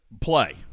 play